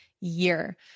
year